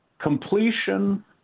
completion